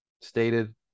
stated